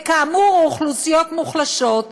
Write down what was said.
וכאמור אוכלוסיות מוחלשות,